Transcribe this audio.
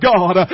God